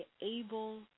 able